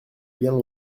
bien